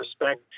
respect